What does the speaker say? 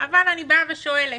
אבל אני באה ושואלת: